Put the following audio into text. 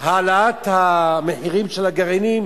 העלאת המחירים של הגרעינים